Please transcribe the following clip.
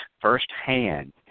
firsthand